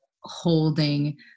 holding